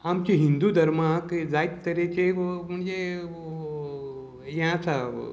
आमच्या हिंदू धर्मांत जायते तरेचें म्हणजे हें आसा